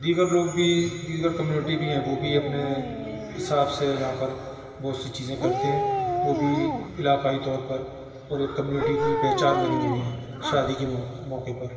دیگر لوگ بھی دیگر کمیونٹی بھی ہیں وہ بھی اپنے حساب سے یہاں پر بہت سی چیزیں کرتے ہیں وہ بھی علاقائی طور پر اور یہ کمیونٹی کی پہچان بنی ہوئی ہیں شادی کے موقعے پر